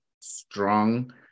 strong